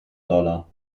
dollar